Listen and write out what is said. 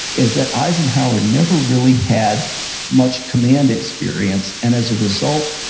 is that eisenhower never really had much command experience. and as a result,